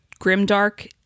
grimdark